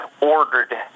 ordered